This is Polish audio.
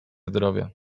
zdrowie